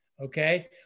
okay